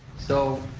so,